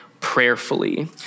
Prayerfully